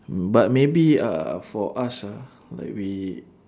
but maybe uh for us ah like we